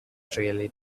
really